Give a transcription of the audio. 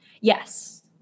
Yes